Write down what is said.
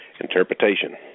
Interpretation